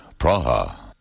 Praha